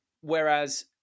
Whereas